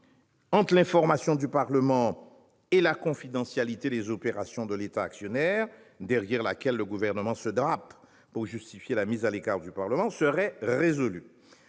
entre l'information du Parlement et la confidentialité des opérations de l'État actionnaire, que le Gouvernement invoque pour justifier la mise à l'écart des deux assemblées, serait résolue.